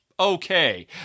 okay